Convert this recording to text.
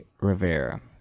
Rivera